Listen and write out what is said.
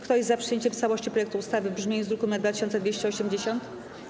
Kto jest za przyjęciem w całości projektu ustawy w brzmieniu z druku nr 2280?